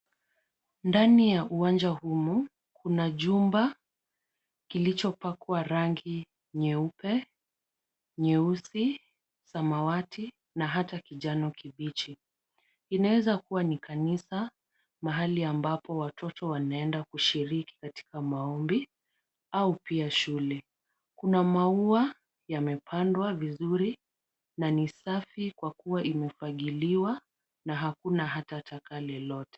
Ndani ya uwanja humu kuna jumba lililopakwa rangi nyeupe, nyeusi, samawati na hata kijani kibichi. Inaeza kuwa ni kanisa mahali ambapo watoto wanaenda kushiriki katika maombi au pia shule. Kuna maua yamepandwa vizuri na ni safi kwa kuwa imefagiliwa na hakuna hata taka lolote.